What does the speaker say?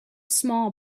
small